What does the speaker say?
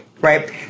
right